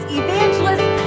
evangelists